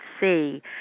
see